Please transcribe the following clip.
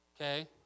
okay